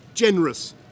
generous